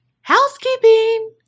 housekeeping